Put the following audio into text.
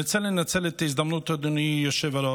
אני רוצה לנצל את ההזדמנות, אדוני היושב-ראש,